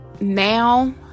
Now